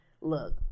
look